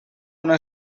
una